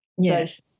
Yes